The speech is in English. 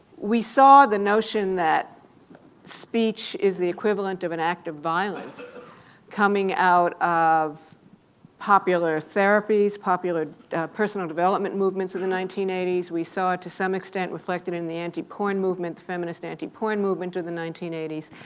we saw the notion that speech is the equivalent of an act of violence coming out of popular therapies, popular personal development movements in the nineteen eighty s. we saw, to some extent, reflected in the anti-porn movement, the feminist anti-porn movement of the nineteen eighty s,